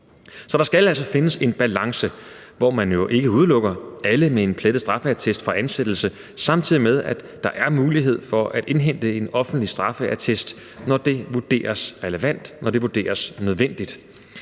Så der skal altså findes en balance, hvor man jo ikke udelukker alle med en plettet straffeattest fra ansættelse, men hvor der samtidig er mulighed for at indhente en offentlig straffeattest, når det vurderes relevant og nødvendigt.